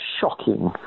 shocking